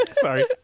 Sorry